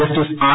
justice R